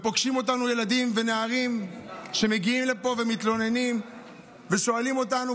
פוגשים אותנו ילדים ונערים שמגיעים לפה ומתלוננים ושואלים אותנו,